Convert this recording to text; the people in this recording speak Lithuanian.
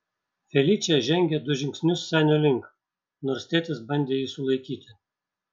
feličė žengė du žingsnius senio link nors tėtis bandė jį sulaikyti